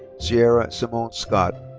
sierra simone scott.